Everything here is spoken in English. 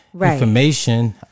information